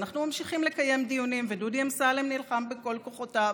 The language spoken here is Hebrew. ואנחנו ממשיכים לקיים דיונים ודודי אמסלם נלחם בכל כוחותיו,